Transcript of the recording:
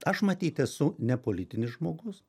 aš matyt esu ne politinis žmogus